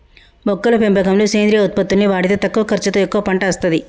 మొక్కల పెంపకంలో సేంద్రియ ఉత్పత్తుల్ని వాడితే తక్కువ ఖర్చుతో ఎక్కువ పంట అస్తది